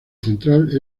central